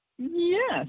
Yes